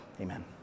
Amen